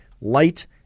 light